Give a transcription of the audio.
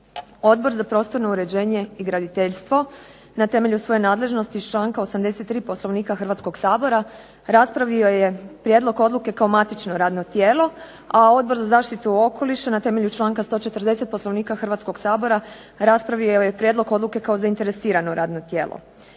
Odbor za prostorno uređenje i graditeljstvo na temelju svoje nadležnosti iz članka 83. Poslovnika Hrvatskog sabora raspravio je prijedlog odluke kao matično radno tijelo, a Odbor za zaštitu okoliša na temelju članka 140. Poslovnika Hrvatskog sabora raspravio je prijedlog odluke kao zainteresirano radno tijelo.